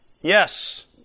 yes